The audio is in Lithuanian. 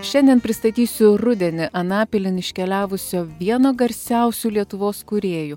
šiandien pristatysiu rudenį anapilin iškeliavusio vieno garsiausių lietuvos kūrėjų